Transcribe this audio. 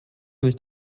nicht